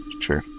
True